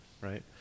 right